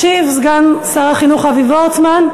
ישיב סגן שר החינוך אבי וורצמן.